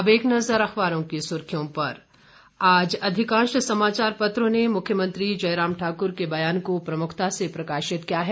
अब एक नजर अखबारों की सुर्खियों पर आज अधिकांश समाचार पत्रों ने मुख्यमंत्री जयराम ठाकुर के बयान को प्रमुखता से प्रकाशित किया है